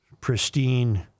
pristine